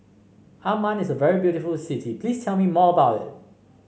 Amman is a very beautiful city please tell me more about it